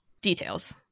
Details